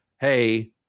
hey